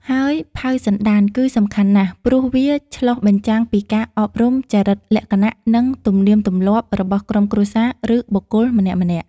ហើយ ផៅសន្តាន គឺសំខាន់ណាស់ ព្រោះវាឆ្លុះបញ្ចាំងពីការអប់រំ ចរិតលក្ខណៈ និងទំនៀមទម្លាប់របស់ក្រុមគ្រួសារ ឬបុគ្គលម្នាក់ៗ។